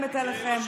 מציע לך,